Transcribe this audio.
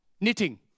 Knitting